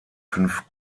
fünf